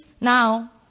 now